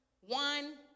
one